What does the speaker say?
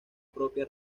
propia